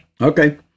Okay